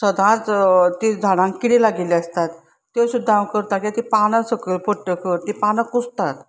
सदांच ती झाडांक किडी लागिल्ली आसतात त्यो सुद्दां हांव करतां किद्या ती पानां सकयल पडटकच ती पानां कुसतात